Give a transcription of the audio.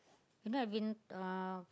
you know I've been uh